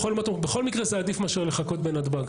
בכל מקרה זה עדיף מאשר לחכות בנתב"ג.